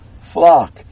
flock